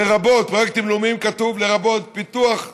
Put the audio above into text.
פרויקטים לאומיים, כתוב, לרבות פיתוח תשתיות,